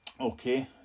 Okay